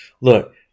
Look